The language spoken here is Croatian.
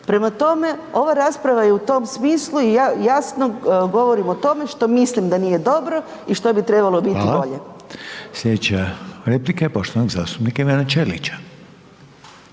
Prema tome, ova rasprava je u tom smislu i ja jasno govorim o tome što mislim da nije dobro i što bi trebalo biti bolje. **Reiner, Željko (HDZ)** Hvala. Sljedeća replika je poštovanog zastupnika Ivana Ćelića.